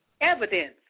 evidence